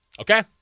Okay